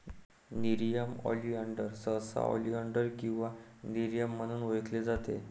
nerium oleander सहसा oleander किंवा nerium म्हणून ओळखले जाते